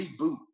reboot